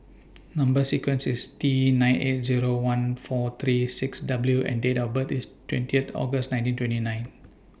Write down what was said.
Number sequence IS T nine eight Zero one four three six W and Date of birth IS twenty August nineteen twenty nine